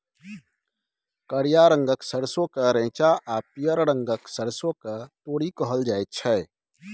करिया रंगक सरसों केँ रैंचा आ पीयरका रंगक सरिसों केँ तोरी कहल जाइ छै